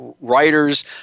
writers